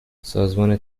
سازمان